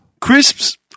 crisps